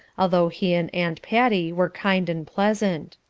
although he and aunt patty were kind and pleasant.